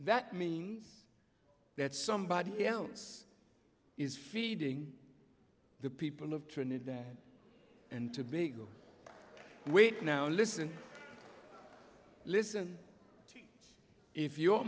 that means that somebody else is feeding the people of trinidad and tobago we now listen listen if your